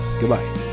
goodbye